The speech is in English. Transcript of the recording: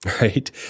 right